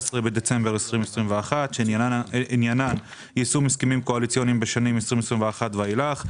בדצמבר 2021 שעניינן יישום הסכמים קואליציוניים בשנים 2021 ואילך,